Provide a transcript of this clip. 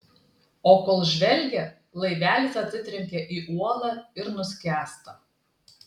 o kol žvelgia laivelis atsitrenkia į uolą ir nuskęsta